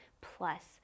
plus